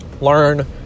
Learn